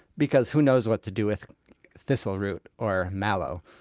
because who knows what to do with thistle root or mallow?